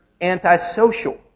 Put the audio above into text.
antisocial